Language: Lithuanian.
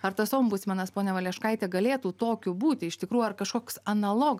ar tas ombudsmenas ponia valeškaitė galėtų tokiu būti iš tikrų ar kažkoks analogas